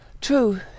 True